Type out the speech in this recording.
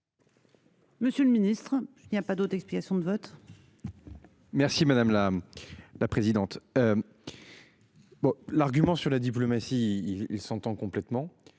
Monsieur le Ministre, je n'y a pas d'autre explications de vote. Merci madame la la présidente. Bon, l'argument sur la diplomatie il s'entend complètement